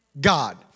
God